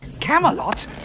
Camelot